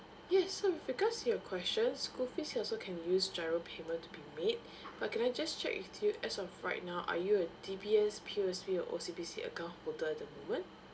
yes so with regards to your questions school fees also can use GIRO payment to be made but can I just check with you as of right now are you a D_B_S P_O_S_B or O_C_B_C account holder at the moment